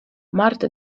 marta